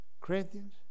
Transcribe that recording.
Corinthians